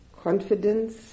Confidence